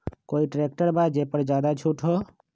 कोइ ट्रैक्टर बा जे पर ज्यादा छूट हो?